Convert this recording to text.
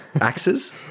Axes